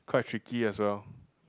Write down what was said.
quite tricky as well